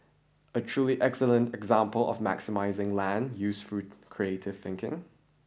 a truly excellent example of maximising land use through creative thinking